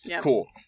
cool